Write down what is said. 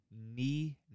knee